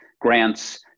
grants